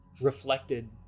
Reflected